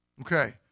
Okay